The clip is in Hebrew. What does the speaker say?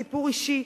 סיפור אישי,